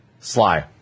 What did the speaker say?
Sly